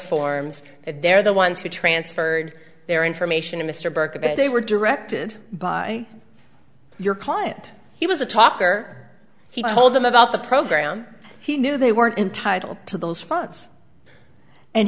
forms they're the ones who transferred their information to mr burke and they were directed by your client he was a talker he told them about the program he knew they weren't entitled to those funds and